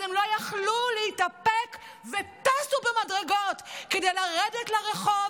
אז הן לא יכלו להתאפק וטסו במדרגות כדי לרדת לרחוב